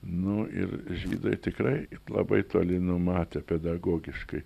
nu ir žydai tikrai labai toli numatė pedagogiškai